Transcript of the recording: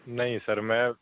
ਨਹੀਂ ਸਰ ਮੈਂ